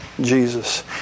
Jesus